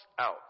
out